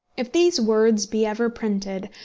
if these words be ever printed,